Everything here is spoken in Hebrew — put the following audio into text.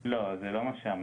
לא, זה לא מה שאמרתי.